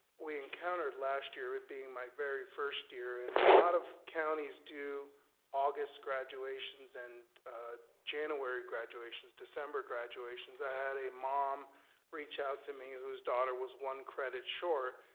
we encountered last year, it being my very first year, year, and a lot of counties do august graduations and january graduations, december graduations. i had a mom reach out to me whose daughter was one credit short,